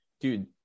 Dude